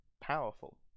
powerful